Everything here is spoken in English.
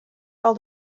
all